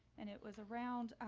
and it was around